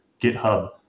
GitHub